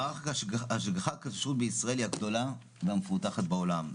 מערכת הכשרות בישראל היא הגדולה והמפותחת בעולם.